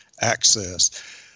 access